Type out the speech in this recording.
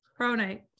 Pronate